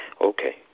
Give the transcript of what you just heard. Okay